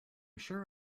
sure